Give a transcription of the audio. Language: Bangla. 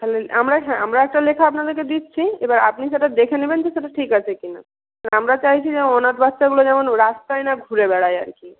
তাহলে আমরা হ্যাঁ আমরা একটা লেখা আপনাদেরকে দিচ্ছি এবার আপনি সেটা দেখে নেবেন যে সেটা ঠিক আছে কিনা আমরা চাইছি যে অনাথ বাচ্চাগুলো যেমন রাস্তায় না ঘুরে বেড়ায় আর কি